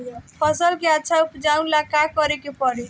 फसल के अच्छा उपजाव ला का करे के परी?